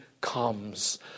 comes